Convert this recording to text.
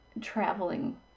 traveling